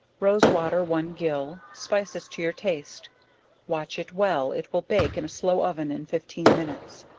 rose water one gill, spices to your taste watch it well, it will bake in a slow oven in fifteen minutes.